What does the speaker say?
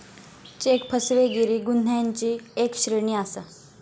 check फसवेगिरी गुन्ह्यांची एक श्रेणी आसा